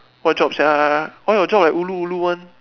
what job sia why your job like ulu ulu [one]